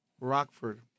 Rockford